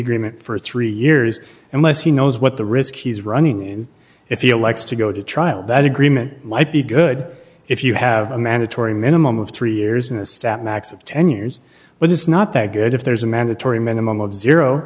agreement for three years and less he knows what the risk he's running in if you likes to go to trial that agreement might be good if you have a mandatory minimum of three years in a stat max of ten years but it's not that good if there's a mandatory minimum of zero